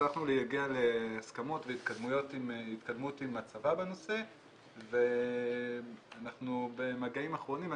הצלחנו להגיע להסכמות והתקדמות עם הצבא בנושא ואנחנו במגעים אחרונים.